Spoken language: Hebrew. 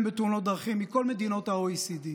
בתאונות דרכים מכל מדינות ה-OECD.